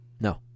No